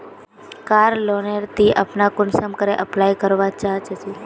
कार loan नेर ती अपना कुंसम करे अप्लाई करवा चाँ चची?